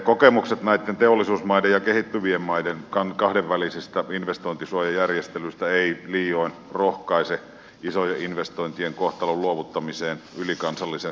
kokemukset näitten teollisuusmaiden ja kehittyvien maiden kahdenvälisistä investointisuojajärjestelyistä eivät liioin rohkaise isojen investointien kohtalon luovuttamiseen ylikansallisen asianajobisneksen käsiin